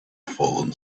fallen